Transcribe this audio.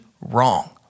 wrong